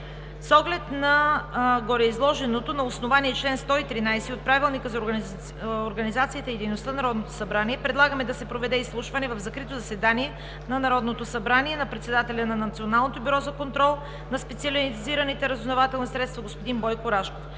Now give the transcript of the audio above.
С оглед на гореизложеното, на основание чл. 113 от Правилника за организацията и дейността на Народното събрание, предлагаме да се проведе изслушване, в закрито заседание на Народното събрание, на председателя на Националното бюро за контрол на специализираните разузнавателни средства господин Бойко Рашков.